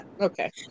Okay